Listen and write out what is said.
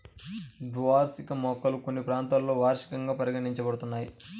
ద్వైవార్షిక మొక్కలు కొన్ని ప్రాంతాలలో వార్షికంగా పరిగణించబడుతున్నాయి